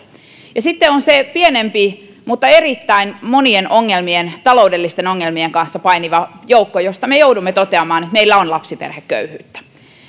ja sitten on se pienempi mutta erittäin monien ongelmien taloudellisten ongelmien kanssa painiva joukko josta me joudumme toteamaan että meillä on lapsiperheköyhyyttä